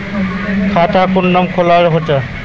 खाता कुनियाँ खोलवा होते?